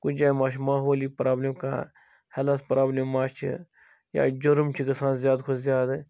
کُنہِ جایہِ ما چھُ ماحوٗلی پرٛابلم کانٛہہ ہیٚلتھ پرٛابلم ما چھِ یا جُرُم چھُ گَژھان زیادٕ کھۅتہٕ زیادٕ